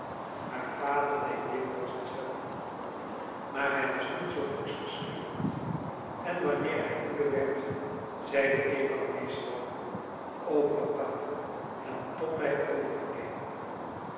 haar vader deed dikwijls hetzelfde maar hij was niet zoo forsch gespierd en wanneer hij moede werd zeide eva meestal o papa laat tom mij overnemen